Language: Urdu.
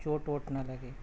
چوٹ ووٹ نہ لگے